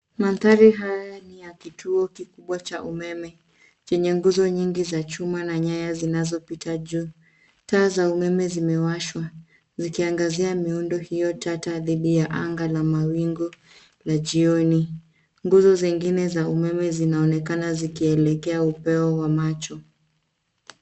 Mandhari haya ni ya kituo kikubwa cha umeme chenye nguzo nyingi za chuma na nyaya zinazopita juu. Taa za umeme zimewashwa zikiangazia miundo hiyo tata dhidi ya anga na mawingu ya jioni. Nguzo zingine za umeme zinaonekana zikielekea upeo wa macho.